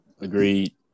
agreed